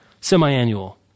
semi-annual